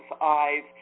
eyes